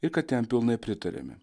ir kad jam pilnai pritariame